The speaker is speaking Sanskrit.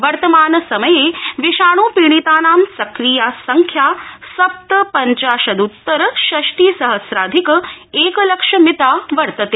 वर्तमान समये विषाणु पीडितानां सक्रिया संख्या सप्त पंचाशाुत्तर षष्टि सहस्राधिक एकलक्ष मिता वर्तते